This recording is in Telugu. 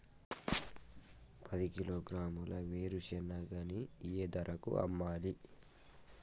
పది కిలోగ్రాముల వేరుశనగని ఏ ధరకు అమ్మాలి?